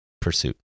pursuit